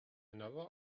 another